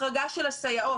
בנוסף, החרגה של הסייעות.